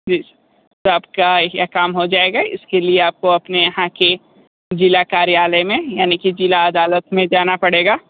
जी आपका यह काम हो जाएगा इसके लिए आपको अपने यहाँ के ज़िला कार्यालय में यानी कि ज़िला अदालत में जाना पड़ेगा